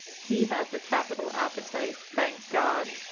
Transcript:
he has a capital appetite, thank god.